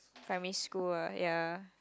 primary school eh ya